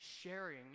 sharing